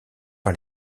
par